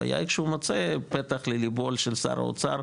הוא היה איכשהו מוצא פתח לליבו של שר האוצר,